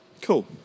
Cool